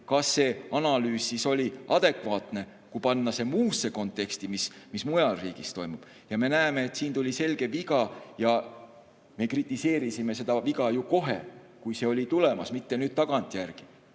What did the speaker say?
kas see analüüs oli adekvaatne, kui panna see [üldisesse] konteksti, mis mujal riigis toimub. Me näeme, et siin tehti selge viga. Ja me kritiseerisime seda viga ju kohe, kui see oli tulemas, mitte alles nüüd tagantjärgi.